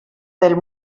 del